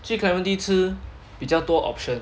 去 clementi 吃比较多 option